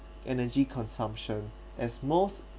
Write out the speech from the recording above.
energy consumption as most